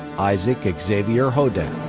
isaac xavier hodapp.